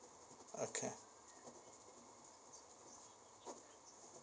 okay